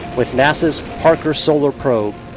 with nasa's parker solar probe.